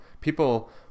people